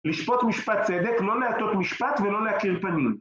לשפוט משפט צדק, לא להטות משפט ולא להכיר פנים.